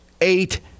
eight